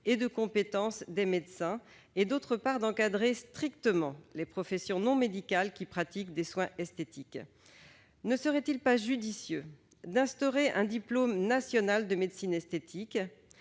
et de compétence des médecins, et, d'autre part, d'encadrer strictement les professions non médicales qui pratiquent des soins esthétiques. Ne serait-il pas judicieux d'instaurer un diplôme national de médecine esthétique,